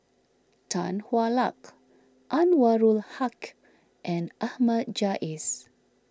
Tan Hwa Luck Anwarul Haque and Ahmad Jais